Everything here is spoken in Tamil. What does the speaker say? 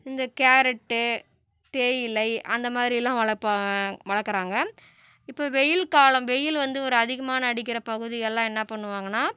இந்த கேரட்டு தேயிலை அந்த மாதிரிலாம் வளர்ப்பா வளர்க்கறாங்க இப்போ வெயில் காலம் வெயில் வந்து ஒரு அதிகமான அடிக்கிற பகுதிகளெல்லாம் என்ன பண்ணுவாங்கன்னால்